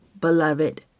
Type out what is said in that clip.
beloved